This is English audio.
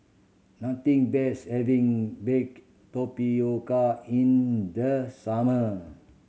nothing beats having baked tapioca in the summer